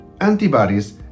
antibodies